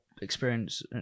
experience